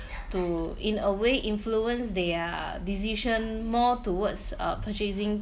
to in a way influence their decision more towards uh purchasing